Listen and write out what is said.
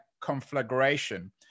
conflagration